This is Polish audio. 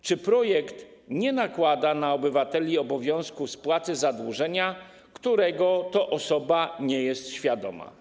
Czy projekt nie nakłada na obywateli obowiązku spłaty zadłużenia, którego te osoby nie są świadome?